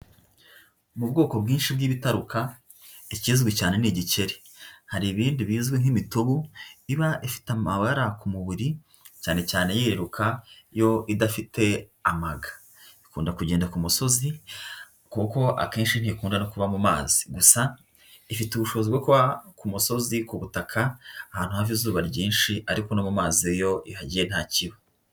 Mu bwoko bwinshi bw'ibitaruka ikizwi cyane ni igikeri, hari ibindi bizwi nk'imitubu iba ifite amabara ku mubiri cyane cyane yiruka yo idafite amaga, ikunda kugenda ku musozi kuko akenshi ntikunda no kuba mu mazi, gusa ifite ubushobozi bwo kuba ku musozi, ku butaka, ahantu hava izuba ryinshi, ariko no mu mazi iyo ihagijye ntacyo iba.